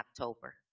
October